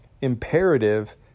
imperative